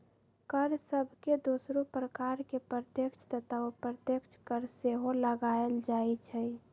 कर सभके दोसरो प्रकार में प्रत्यक्ष तथा अप्रत्यक्ष कर सेहो लगाएल जाइ छइ